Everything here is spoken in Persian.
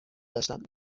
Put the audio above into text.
داشتند